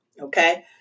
Okay